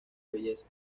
belleza